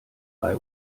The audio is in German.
bei